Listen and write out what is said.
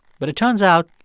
but it turns out,